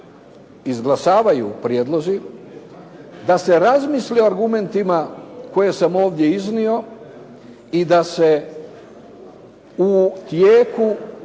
izglasavaju prijedlozi, da se razmisli o argumentima koje sam ovdje iznio i da se u tijeku